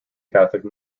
catholic